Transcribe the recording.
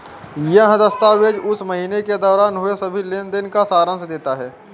यह दस्तावेज़ उस महीने के दौरान हुए सभी लेन देन का सारांश देता है